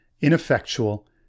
ineffectual